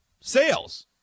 sales